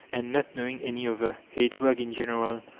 and, not knowing any other, hate work in general.